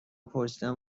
پرسیدم